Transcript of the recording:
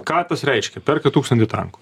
ką tas reiškia perka tūkstantį tankų